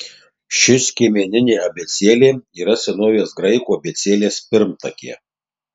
ši skiemeninė abėcėlė yra senovės graikų abėcėlės pirmtakė